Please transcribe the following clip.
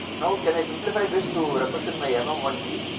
now, can i simplify this to represent by m m one b